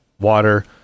water